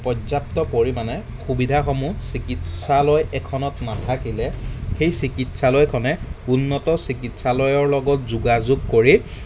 পৰ্যাপ্ত পৰিমাণে সুবিধাসমূহ চিকিৎসালয় এখনত নাথাকিলে সেই চিকিৎসালয়খনে উন্নত চিকিৎসালয়ৰ লগত যোগাযোগ কৰি